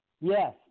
Yes